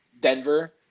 Denver